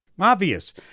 obvious